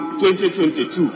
2022